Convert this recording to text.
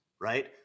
right